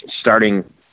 Starting